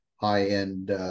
high-end